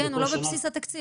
כן, הוא לא בבסיס התקציב.